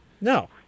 No